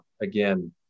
again